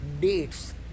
Dates